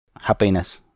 happiness